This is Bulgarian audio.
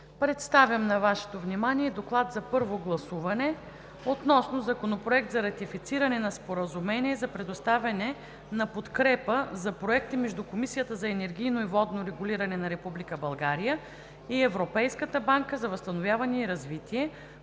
Представям на Вашето внимание: „ДОКЛАД за първо гласуване относно Законопроект за ратифициране на Споразумение за предоставяне на подкрепа за проекти между Комисията за енергийно и водно регулиране на Република България и Европейската банка за възстановяване и развитие